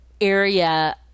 area